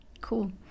Cool